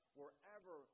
wherever